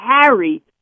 Harry